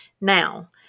Now